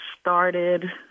started